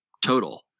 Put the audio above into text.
total